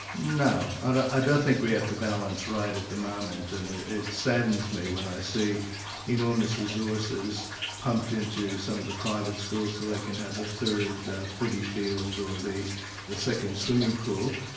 no. i don't think we have the balance right at the moment, and it saddens me when i see enormous resources pumped in to some of the private schools so they can have the third footy field or the the second swimming pool,